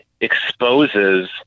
exposes